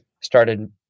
started